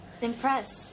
Impress